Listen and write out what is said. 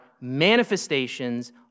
manifestations